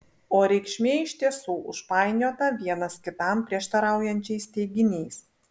o reikšmė iš tiesų užpainiota vienas kitam prieštaraujančiais teiginiais